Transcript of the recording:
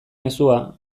mezua